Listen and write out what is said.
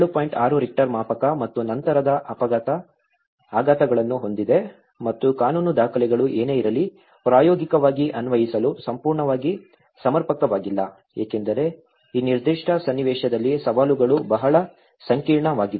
6 Richter ಮಾಪಕ ಮತ್ತು ನಂತರದ ಆಘಾತಗಳನ್ನು ಹೊಂದಿದೆ ಮತ್ತು ಕಾನೂನು ದಾಖಲೆಗಳು ಏನೇ ಇರಲಿ ಪ್ರಾಯೋಗಿಕವಾಗಿ ಅನ್ವಯಿಸಲು ಸಂಪೂರ್ಣವಾಗಿ ಸಮರ್ಪಕವಾಗಿಲ್ಲ ಏಕೆಂದರೆ ಈ ನಿರ್ದಿಷ್ಟ ಸನ್ನಿವೇಶದಲ್ಲಿ ಸವಾಲುಗಳು ಬಹಳ ಸಂಕೀರ್ಣವಾಗಿವೆ